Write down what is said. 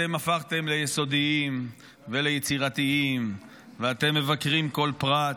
אתם הפכתם ליסודיים וליצירתיים ואתם מבקרים כל פרט.